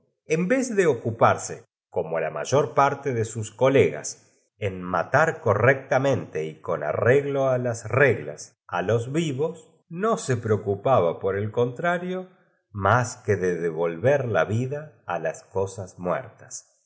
del vez de ocuparse como in mayor parte doj presidente silberhaus sus colegas en matat cotreclamente y con el padrino drosselmayer consejero d arreglo á las reglas á los vi vos no se medicina no era un muchacho guapo ni preocupaba por el contrario mas que de muchísimo menos era uu hombro seco devo lver la vida á las cosas muertas